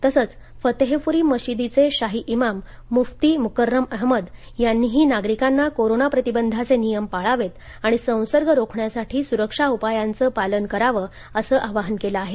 तसंच फतेहपुरी मशिदीचे शाही इमाम मुफ्ती मुकर्रम अहमद यांनीही नागरिकांना कोरोना प्रतिबंधाचे नियम पाळावेत आणि संसर्ग रोखण्यासाठी सुरक्षा उपायांच पालन करावं असं आवाहन केल आहे